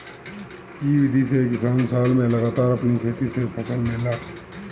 इ विधि से किसान साल में लगातार अपनी खेते से फसल लेला